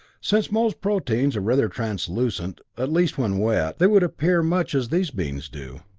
since most proteins are rather translucent, at least when wet, they would appear much as these beings do.